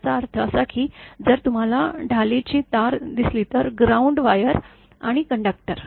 याचा अर्थ असा की जर तुम्हाला ढालीची तार दिसली तर ग्राउंड वायर आणि कंडक्टर